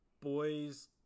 boys